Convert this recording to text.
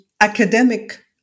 academic